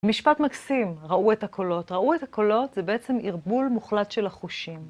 משפט מקסים, ראו את הקולות. ראו את הקולות, זה בעצם ערבול מוחלט של החושים.